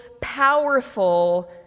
powerful